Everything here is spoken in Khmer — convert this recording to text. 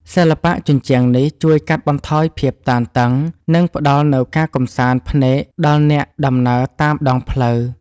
សិល្បៈជញ្ជាំងនេះជួយកាត់បន្ថយភាពតានតឹង និងផ្ដល់នូវការកម្សាន្តភ្នែកដល់អ្នកដំណើរតាមដងផ្លូវ។